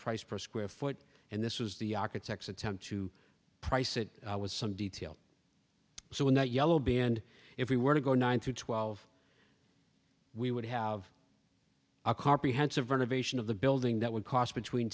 price per square foot and this was the architects attempt to price it with some detail so in that yellow band if we were to go nine through twelve we would have a comprehensive renovation of the building that would cost between